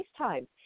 FaceTime